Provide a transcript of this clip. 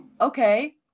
Okay